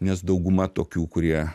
nes dauguma tokių kurie